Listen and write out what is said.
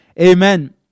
Amen